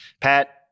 Pat